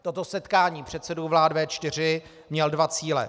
Toto setkání předsedů vlád V4 mělo dva cíle.